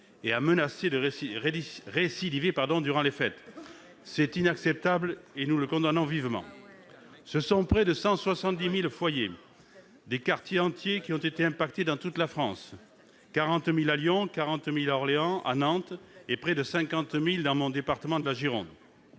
et a menacé de récidiver durant les fêtes. Une telle attitude est inacceptable et nous la condamnons vivement. Près de 170 000 foyers, des quartiers entiers, ont été impactés dans toute la France : 40 000 à Lyon, 40 000 à Orléans et à Nantes et près de 50 000 dans mon département de la Gironde.